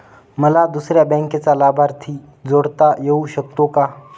मला दुसऱ्या बँकेचा लाभार्थी जोडता येऊ शकतो का?